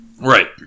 Right